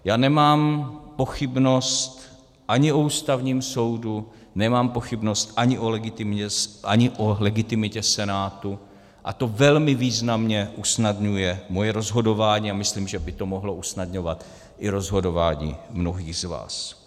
Já nemám pochybnost ani o Ústavním soudu, nemám pochybnost ani o legitimitě Senátu a to velmi významně usnadňuje moje rozhodování a myslím, že by to mohlo usnadňovat i rozhodování mnohých z vás.